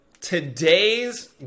today's